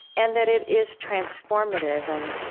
and that it is transformative. and,